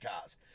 cars